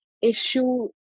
issue